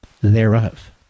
Thereof